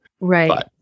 Right